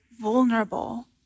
vulnerable